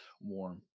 warm